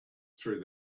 through